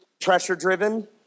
Pressure-driven